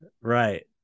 Right